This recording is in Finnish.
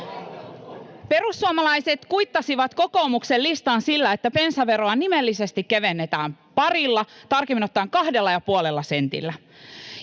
Perussuomalaiset kuittasivat kokoomuksen listan sillä, että bensaveroa nimellisesti kevennetään parilla sentillä, tarkemmin ottaen kahdella